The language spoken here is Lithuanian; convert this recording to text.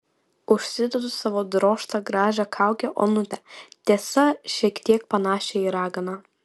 užsidedu savo drožtą gražią kaukę onutę tiesa šiek tiek panašią į raganą